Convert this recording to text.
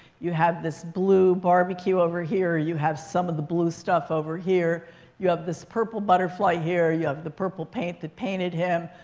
you have this blue barbecue over here. you have some of the blue stuff over here you have this purple butterfly here. you have the purple paint that painted him.